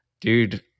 Dude